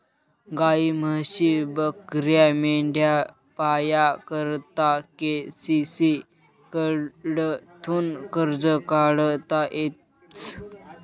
गायी, म्हशी, बकऱ्या, मेंढ्या पाया करता के.सी.सी कडथून कर्ज काढता येस